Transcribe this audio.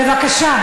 בבקשה.